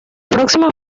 próxima